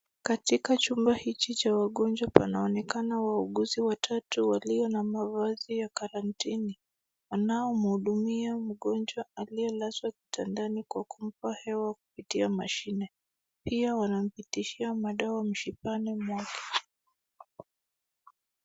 Katika chumba hiki cha wagonjwa wanaonekana wauguzi watatu walio na mavazi ya quarantini wanaomhudumia mgonjwa aliyelazwa kitandani kwa kumpa hewa kupitia mashini, pia wanapitishia madawa mishipani mwake.